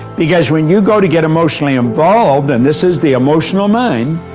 because when you go to get emotionally involved, and this is the emotional mind,